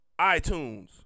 itunes